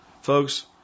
Folks